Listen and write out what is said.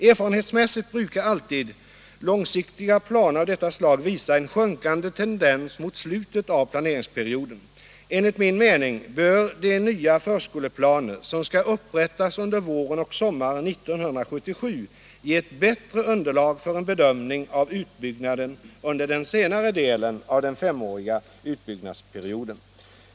Erfarenhetsmässigt brukar alltid långsiktiga planer av detta slag visa en sjunkande tendens mot slutet av planeringsperioden. Enligt min mening bör de nya förskoleplaner som skall upprättas under våren och sommaren 1977 ge ett bättre underlag för en bedömning av utbyggnaden under senare delen av den femåriga utbyggnadsperioden.